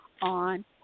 on